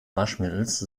waschmittels